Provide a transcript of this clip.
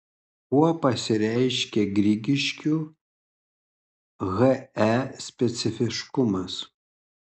kuo pasireiškia grigiškių he specifiškumas